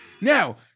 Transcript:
Now